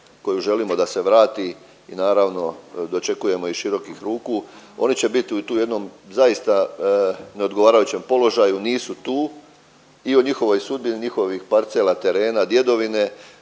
koju želimo da se vrati i naravno dočekujemo ih širokih ruku. Oni će biti u tu jednom zaista neodgovarajućem položaju nisu tu i o njihovoj sudbini, njihovih parcela, terena, djedovine